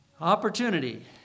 opportunity